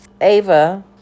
Ava